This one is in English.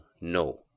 no